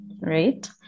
Right